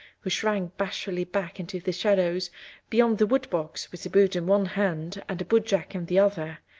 who shrank bashfully back into the shadows beyond the woodbox with a boot in one hand and a bootjack in the other,